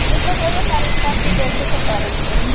ओ तऽ होबे करै हइ सभके देखैके पड़ै छै